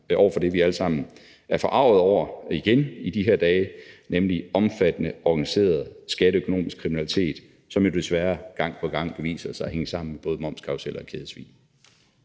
over for det, vi alle sammen er forargede over igen i de her dage, nemlig omfattende organiseret skatteøkonomisk kriminalitet, som jo desværre gang på gang viser sig at hænge sammen med både momskarruseller og kædesvig.